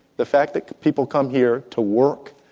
the fact that people come here to work.